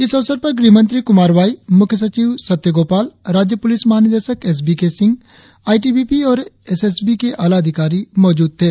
इस अवसर पर गृह मंत्री कुमार वाई मुख्य सचिव सत्य गोपाल राज्य पुलिस महा निदेशक S B K Singh I T B P और एस एस बी के आला अधिकारी मौजूद थे